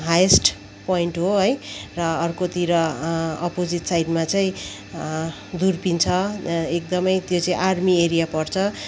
highest point हो है र अर्कोतिर अपोजिट साइडमा चैँ दुर्पिन छ एकदमै त्यो चाहिँ आर्मी एरिया पर्छ